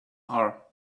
are